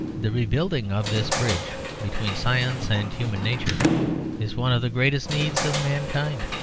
the rebuilding of this bridge between science and human nature is one of the greatest needs of mankind.